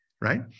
Right